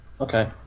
Okay